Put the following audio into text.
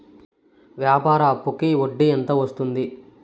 వ్యాపార అప్పుకి వడ్డీ ఎంత వస్తుంది?